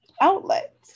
outlet